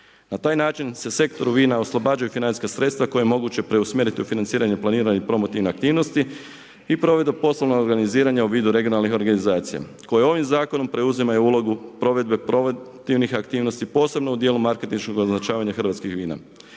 Na taj način se sektoru vina oslobađaju financijska sredstva koja je moguće preusmjeriti u financirane promotivne aktivnosti i provedbom poslovnog organiziranja u vidu regionalnih organizacija koja ovim zakonom preuzimaju ulogu provedbe promotivnih aktivnosti posebno u djelu marketinškog označavanja hrvatskih vina.